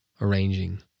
arranging